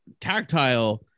tactile